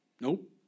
Nope